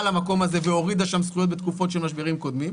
למקום הזה והורידה שם זכויות בתקופות של משברים קודמים,